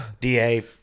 DA